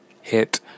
hit